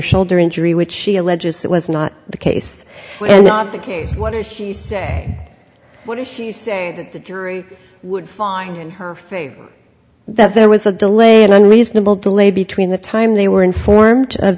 shoulder injury which she alleges that was not the case and not the case what did she say what did she say that the jury would find in her favor that there was a delay an unreasonable delay between the time they were informed of